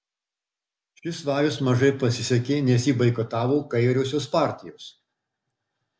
šis vajus mažai pasisekė nes jį boikotavo kairiosios partijos